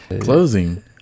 Closing